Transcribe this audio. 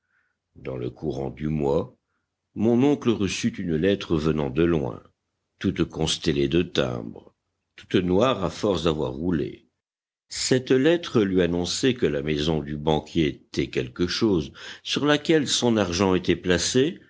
dans le courant du mois mon oncle reçut une lettre venant de loin toute constellée de timbres toute noire à force d'avoir roulé cette lettre lui annonçait que la maison du banquier t sur laquelle son argent était placé